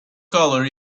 colour